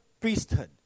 priesthood